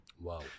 Wow